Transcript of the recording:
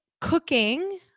cooking